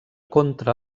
contra